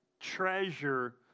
Treasure